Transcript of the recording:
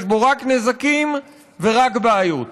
יש בו רק נזקים ורק בעיות.